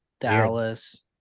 Dallas